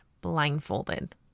blindfolded